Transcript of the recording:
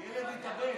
ילד התאבד.